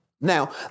Now